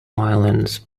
islands